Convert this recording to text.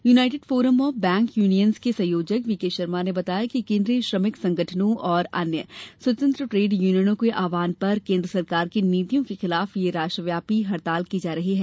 United forum of bank unions के संयोजक V K Sharma ने बताया कि केंद्रीय श्रमिक संगठनों और अन्य स्वतंत्र ट्रेड यूनियनों के आह्वान पर केंद्र सरकार की नीतियों के खिलाफ ये राष्ट्रव्यापी हड़ताल की जा रही है